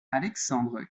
alexandre